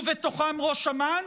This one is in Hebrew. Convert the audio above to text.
ובתוכם ראש אמ"ן,